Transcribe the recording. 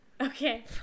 Okay